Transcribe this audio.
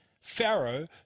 Pharaoh